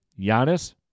Giannis